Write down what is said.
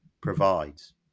provides